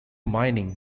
mining